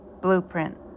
blueprint